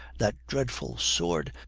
that dreadful sword!